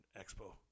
Expo